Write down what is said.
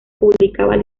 publicaba